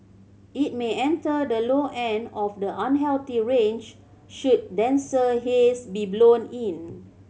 it may enter the low end of the unhealthy range should denser haze be blown in